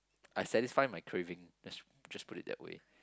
I satisfy my craving let's just put it that way